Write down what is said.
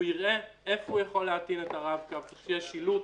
הוא יראה איפה הוא יוכל להטעין את הרב קו לפי השילוט